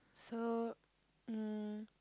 so mm